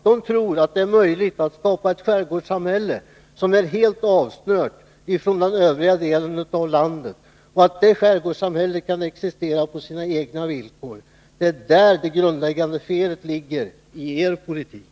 Ni tror att det är möjligt att skapa ett skärgårdssamhälle som är helt avsnört från den övriga delen av landet och att detta skärgårdssam hälle kan existera på sina egna villkor. Det är där det grundläggande felet ligger i er politik.